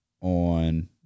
on –